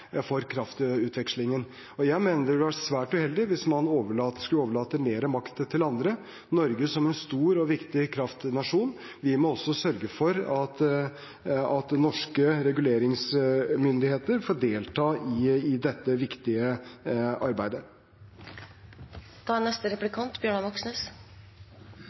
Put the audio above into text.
og gi et godt rammeverk for kraftutvekslingen. Jeg mener det ville være svært uheldig hvis man skulle overlate mer makt til andre. Norge som en stor og viktig kraftnasjon må også sørge for at norske reguleringsmyndigheter får delta i dette viktige